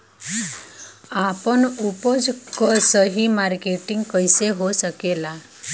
आपन उपज क सही मार्केटिंग कइसे हो सकेला?